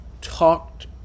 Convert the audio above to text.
talked